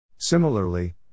Similarly